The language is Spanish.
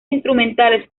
instrumentales